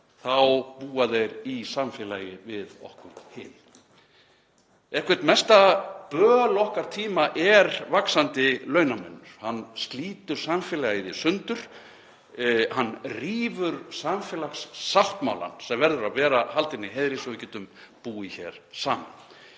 þá búa þeir í samfélagi við okkur hin. Eitthvert mesta böl okkar tíma er vaxandi launamunur. Hann slítur samfélagið í sundur. Hann rýfur samfélagssáttmálann sem verður að vera haldinn í heiðri svo við getum búið hér saman.